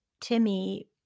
Timmy